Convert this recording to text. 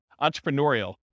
entrepreneurial